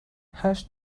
hash